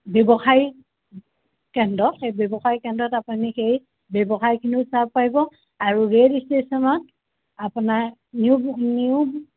ব্যৱসায় কেন্দ্ৰ সেই ব্যৱসায় কেন্দ্ৰত আপুনি সেই ব্যৱসায়খিনিও চাব পাৰিব আৰু ৰে'ল ষ্টেচনত আপোনাৰ নিউ নিউ